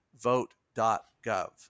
vote.gov